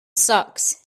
sucks